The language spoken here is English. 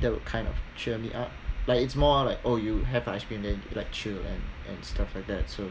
that would kind of cheer me up like it's more like oh you have ice cream then you like chill and and stuff like that so